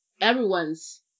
everyone's